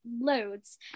loads